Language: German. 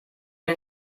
den